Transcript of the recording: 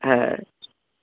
হ্যাঁ